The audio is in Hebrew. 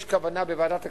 יש כוונה בוועדת הכספים,